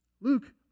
Luke